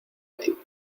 médico